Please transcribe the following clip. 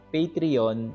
Patreon